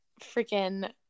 freaking